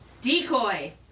Decoy